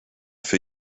für